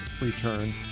return